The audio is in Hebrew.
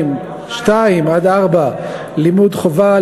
סעיף 82(2) (4) לימוד חובה,